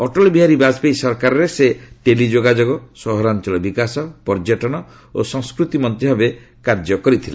ଅଟଳ ବିହାରୀ ବାଜପେୟୀ ସରକାରରେ ସେ ଟେଲି ଯୋଗାଯୋଗ ସହରାଞ୍ଚଳ ବିକାଶ ପର୍ଯ୍ୟଟନ ଓ ସଂସ୍କୃତି ମନ୍ତ୍ରୀ ଭାବେ କାର୍ଯ୍ୟ କରିଥିଲେ